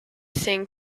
thing